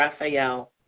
Raphael